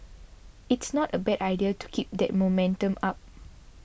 it's not a bad idea to keep that momentum up